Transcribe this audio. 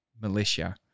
militia